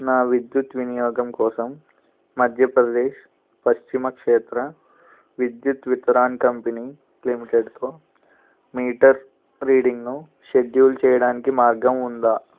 నా విద్యుత్ వినియోగం కోసం మధ్యప్రదేశ్ పశ్చిమ క్షేత్ర విద్యుత్ వితారన్ కంపెనీ లిమిటెడ్తో మీటర్ రీడింగ్ను షెడ్యూల్ చేయడానికి మార్గం ఉందా